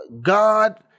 God